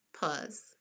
Pause